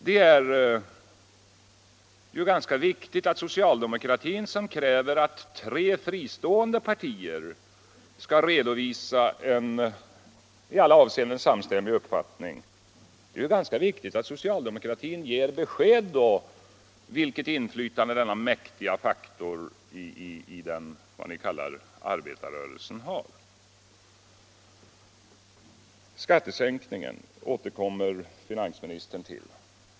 Då är det ju viktigt att socialdemokratin, som kräver att tre fristående partier skall redovisa en i alla avseenden samstämmig uppfattning, ger besked huruvida man ansluter sig till de krav som ställs av LO, denna mäktiga faktor inom vad ni kallar arbetarrörelsen. Finansministern återkommer till skattesänkningen.